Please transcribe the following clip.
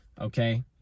okay